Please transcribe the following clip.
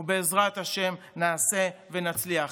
ובעזרת השם נעשה ונצליח.